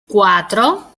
cuatro